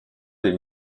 des